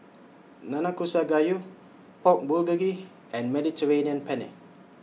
Nanakusa Gayu Pork Bulgogi and Mediterranean Penne